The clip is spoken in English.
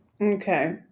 Okay